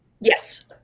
Yes